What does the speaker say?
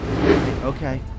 Okay